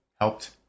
helped